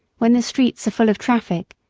when the streets are full of traffic,